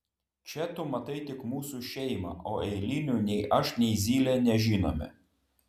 čia tu matai tik mūsų šeimą o eilinių nei aš nei zylė nežinome